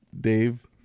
Dave